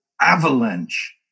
avalanche